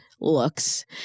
looks